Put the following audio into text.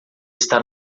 está